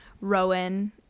Rowan